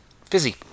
fizzy